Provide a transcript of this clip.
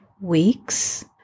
weeks